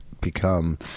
become